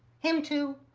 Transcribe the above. him too,